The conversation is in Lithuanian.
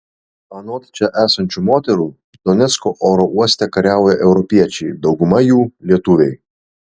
anot čia esančių moterų donecko oro uoste kariauja europiečiai dauguma jų lietuviai